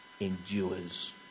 endures